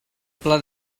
pla